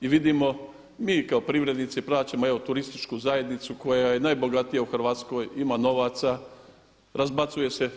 i vidimo mi kao privrednici plaćamo evo turističku zajednicu koja je najbogatija u Hrvatskoj, ima novaca, razbacuje se.